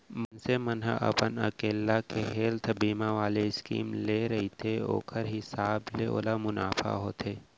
मनसे मन ह अपन अकेल्ला के हेल्थ बीमा वाले स्कीम ले रहिथे ओखर हिसाब ले ओला मुनाफा होथे